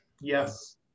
Yes